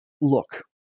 look